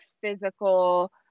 physical